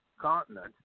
continent